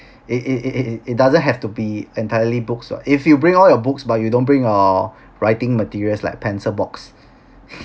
it it it it it it doesn't have to be entirely books what if you bring all your books but you don't bring your writing materials like pencil box